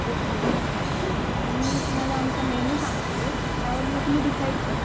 okay मग मी तुम्हाला आमचा मेनू सांगते त्यावरनं तुम्ही डिसाईड करा